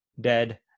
dead